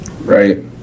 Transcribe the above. Right